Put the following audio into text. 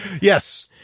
Yes